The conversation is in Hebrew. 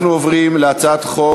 ואני קובע כי הצעת חוק